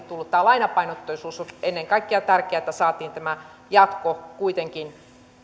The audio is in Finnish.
tullut tämä lainapainotteisuus ennen kaikkea on tärkeää että saatiin tämä jatko kuitenkin